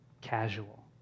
casual